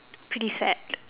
pretty sad